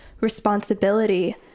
responsibility